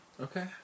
Okay